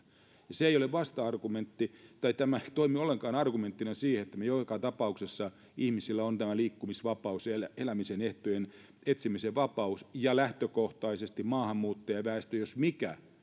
se ei ole vasta argumentti tai tämä ei toimi ollenkaan argumenttina siihen että joka tapauksessa ihmisillä on liikkumisvapaus ja elämisen ehtojen etsimisen vapaus ja lähtökohtaisesti maahanmuuttajaväestö jos mikä